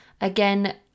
Again